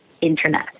internet